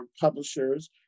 publishers